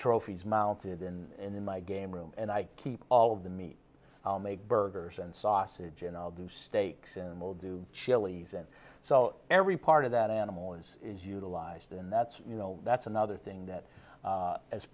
trophies mounted in my game room and i keep all of the meat i'll make burgers and sausage and i'll do steaks and will do chiles and so every part of that animal is is utilized and that's you know that's another thing that